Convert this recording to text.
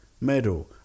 medal